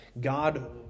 God